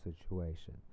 situation